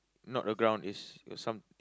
not a ground is is some~